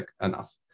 enough